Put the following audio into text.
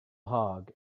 hog